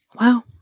Wow